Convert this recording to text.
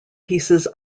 pieces